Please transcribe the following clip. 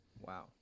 Wow